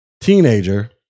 Teenager